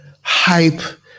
hype